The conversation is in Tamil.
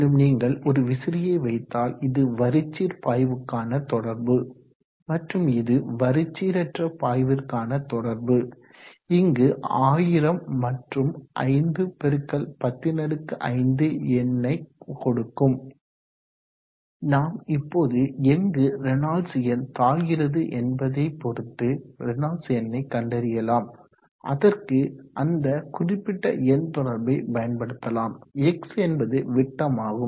மேலும் நீங்கள் ஒரு விசிறியை வைத்தால் இதுதான் வரிச்சீர் பாய்வுக்கான தொடர்பு மற்றும் இது வரிச்சீரற்ற பாய்விற்கான தொடர்பு இங்கு 1000 மற்றும் 5×105 எண்ணை கொடுக்கும் நாம் இப்போது எங்கு ரேனால்டாஸ் எண் தாழ்கிறது என்பதை பொறுத்து ரேனால்ட்ஸ் எண்ணை கண்டறியலாம் அதற்கு அந்த குறிப்பிட்ட எண் தொடர்பை பயன்படுத்தலாம் X என்பது விட்டம் ஆகும்